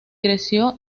creció